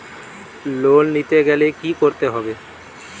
Loan নিতে গেলে কি করতে হবে?